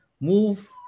move